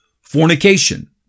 fornication